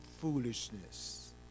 foolishness